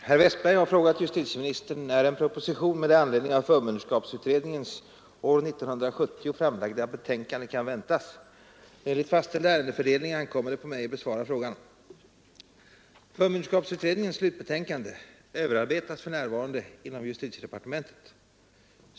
Herr talman! Herr Westberg i Ljusdal har frågat justitieministern när en proposition med anledning av förmynderskapsutredningens år 1970 framlagda betänkande kan väntas. Enligt fastställd ärendefördelning ankommer det på mig att besvara frågan. Förmynderskapsutredningens slutbetänkande överarbetas för närvarande inom justitiedepartementet.